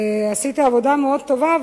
עשית עבודה מאוד טובה,